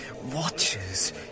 watches